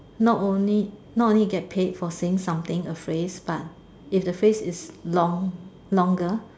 not only not only get paid for saying something a phrase but if the phrase is long longer